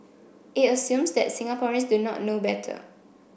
it assumes that Singaporeans do not know better